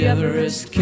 Everest